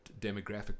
demographic